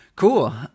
Cool